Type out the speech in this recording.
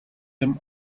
him